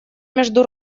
между